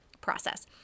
process